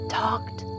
talked